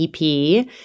EP